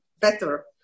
better